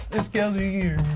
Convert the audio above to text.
it's kelsey